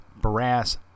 Brass